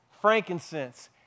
frankincense